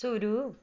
शुरू